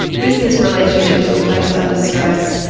business relationships were placed under stress,